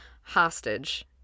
hostage